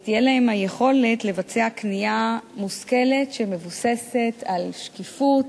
ותהיה להם היכולת לבצע קנייה מושכלת שמבוססת על שקיפות,